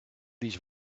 these